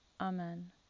Amen